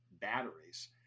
batteries